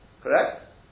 correct